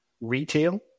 retail